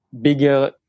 bigger